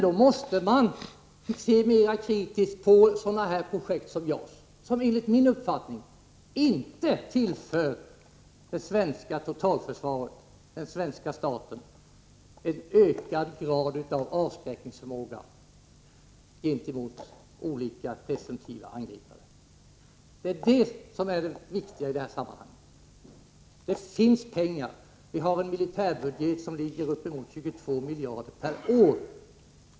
Då måste man se mera kritiskt på sådana projekt som JAS, som enligt min mening inte tillför det svenska totalförsvaret och den svenska staten en ökad grad av avskräckningsförmåga gentemot olika presumtiva angripare. Det är detta som är det viktiga i sammanhanget. Det finns pengar. Vi har en militär budget som ligger på ungefär 22 miljarder perår.